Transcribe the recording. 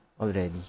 already